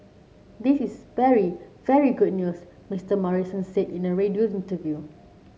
this is very very good news Mister Morrison said in a radio interview